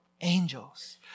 angels